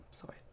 Sorry